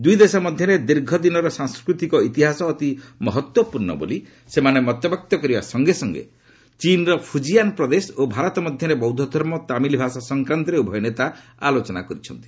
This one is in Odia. ଦୁଇ ଦେଶ ମଧ୍ୟରେ ଦୀର୍ଘ ଦିନର ସାଂସ୍କୃତିକ ଇତିହାସ ଅତି ମହତ୍ୱପୂର୍ଷ ବୋଲି ସେମାନେ ମତବ୍ୟକ୍ତ କରିବା ସଙ୍ଗେ ସଙ୍ଗେ ଚୀନ୍ର ଫୁଜିଆନ୍ ପ୍ରଦେଶ ଓ ଭାରତ ମଧ୍ୟରେ ବୌଦ୍ଧଧର୍ମ ଓ ତାମିଲି ଭାଷା ସଂକ୍ରାନ୍ତରେ ଉଭୟ ନେତା ଆଲୋଚନା କରିଛନ୍ତି